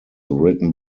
written